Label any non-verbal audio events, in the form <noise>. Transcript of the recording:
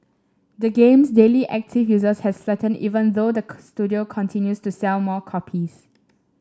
the game's daily active users has flattened even though the <unintelligible> studio continues to sell more copies